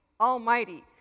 almighty